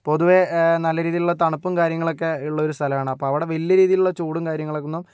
പൊതുവെ നല്ല രീതിയിലുള്ള തണുപ്പും കാര്യങ്ങളൊക്കെ ഉള്ളൊരു സ്ഥലാണ് അപ്പം അവിടെ വലിയ രീതിയിലുള്ള ചൂടും കാര്യങ്ങളൊന്നും